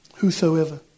Whosoever